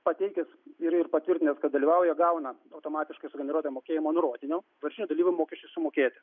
pateikęs ir ir patvirtinęs kad dalyvauja gauna automatiškai sugeneruotą mokėjimo nurodinio varžytinių dalyvio mokesčiui sumokėti